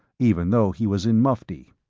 even though he was in mufti.